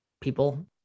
people